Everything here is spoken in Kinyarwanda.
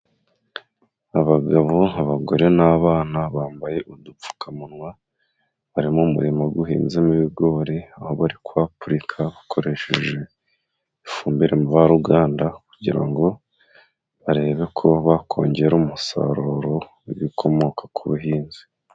Abagabo, abagore n'abana bambaye udupfukamunwa, bari mu murima uhinzemo ibigori, aho bari kwapurika bakoresheje ifumbire mvaruganda, kugira ngo barebe ko bakongera umusaruro w'ibikomoka ku buhinzi.